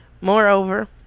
Moreover